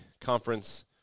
Conference